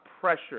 pressure